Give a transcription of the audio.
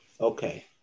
okay